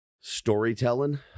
storytelling